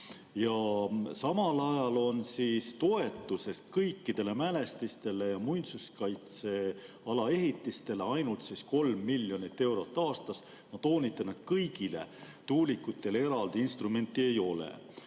Samal ajal on toetuseks kõikidele mälestistele ja muinsuskaitseala ehitistele mõeldud ainult kolm miljonit eurot aastas. Ma toonitan, et kõigile tuulikutele eraldi instrumenti ei ole.